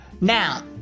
Now